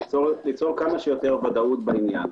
ליצור כמה שיותר ודאות בעניין.